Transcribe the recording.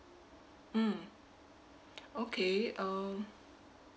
mm okay um